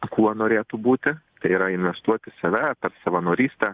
kuo norėtų būti tai yra investuot į save per savanorystę